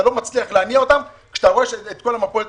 אתה לא מצליח להניע אותם כשאתה רואה את כל המפולת